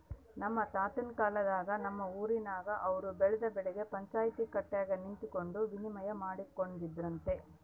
ನಮ್ ತಾತುನ್ ಕಾಲದಾಗ ನಮ್ ಊರಿನಾಗ ಅವ್ರು ಬೆಳ್ದ್ ಬೆಳೆನ ಪಂಚಾಯ್ತಿ ಕಟ್ಯಾಗ ನಿಂತಕಂಡು ವಿನಿಮಯ ಮಾಡಿಕೊಂಬ್ತಿದ್ರಂತೆ